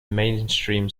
mainstream